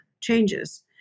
changes